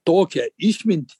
tokią išmintį